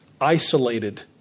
isolated